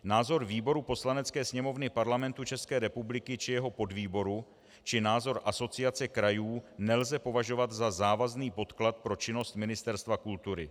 Názor výboru Poslanecké sněmovny Parlamentu České republiky či jeho podvýboru či názor Asociace krajů nelze považovat za závazný podklad pro činnost Ministerstva kultury.